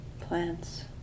plants